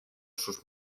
sus